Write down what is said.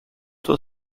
tuo